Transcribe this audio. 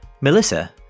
Melissa